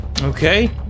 Okay